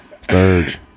Sturge